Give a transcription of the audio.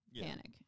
panic